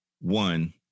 one